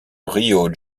rio